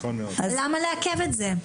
למה לעכב את זה?